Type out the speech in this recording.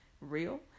real